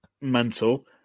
Mental